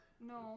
No